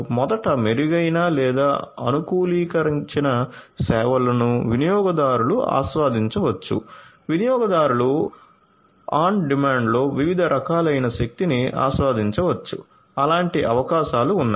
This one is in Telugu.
మొదట మెరుగైన లేదా అనుకూలీకరించిన సేవలను వినియోగదారులు ఆస్వాదించవచ్చు వినియోగదారులు ఆన్ డిమాండ్లో వివిధ రకాలైన శక్తిని ఆస్వాదించవచ్చు అలాంటి అవకాశాలు ఉన్నాయి